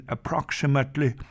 Approximately